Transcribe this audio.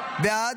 בעד.